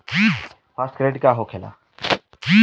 Fast credit का होखेला?